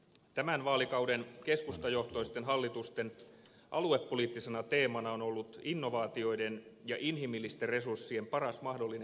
tämän vaalikauden keskustajohtoisten hallitusten aluepoliittisena teemana on ollut innovaatioiden ja inhimillisten resurssien paras mahdollinen hyödyntäminen